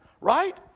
right